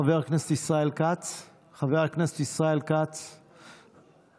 חבר הכנסת ישראל כץ, מוותר.